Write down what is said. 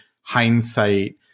hindsight